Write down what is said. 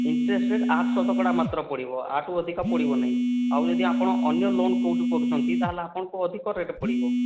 interest ଆଠ ଶତକଡ଼ା ମାତ୍ର ପଡ଼ିବ ଆଠୁ ଅଧିକ ପଡ଼ିବ ନାହିଁ ଆଉ ଯଦି ଆପଣ ଅନ୍ୟ ଲୋନ୍ କେଉଁଠୁ କରୁଛନ୍ତି ତା'ହେଲେ ଆପଣଙ୍କୁ ଅଧିକ ରେଟ୍ ପଡ଼ିବ